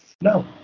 No